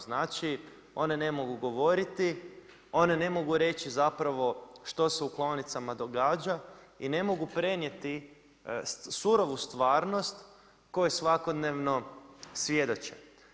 Znači one ne mogu govoriti, one ne mogu reći zapravo što se u klaonicama događa i ne mogu prenijeti surovu stvarnost kojoj svakodnevno svjedoče.